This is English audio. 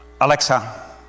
Alexa